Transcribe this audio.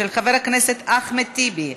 של חבר הכנסת אחמד טיבי.